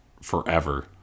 forever